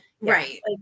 right